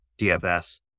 DFS